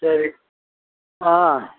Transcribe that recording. ಸರಿ ಆಂ